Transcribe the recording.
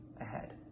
ahead